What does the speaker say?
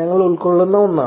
ഞങ്ങൾ ഉൾക്കൊള്ളുന്ന ഒന്നാണ്